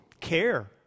care